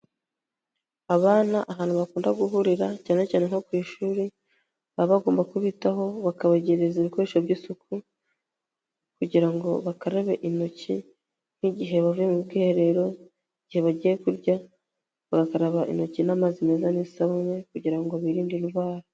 Abana ahantu bakunda guhurira cyane cyane nko ku ishuri baba abagomba kubitaho bakabegereza ibikoresho by'isuku kugira ngo bakarabe intoki nk'igihe bavuye mu bwiherero, igihe bagiye kurya bagakaraba intoki n'amazi meza n'isabune kugira ngo birinde indwara.